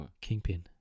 Kingpin